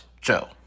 Joe